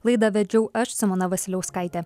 laidą vedžiau aš simona vasiliauskaitė